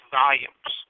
volumes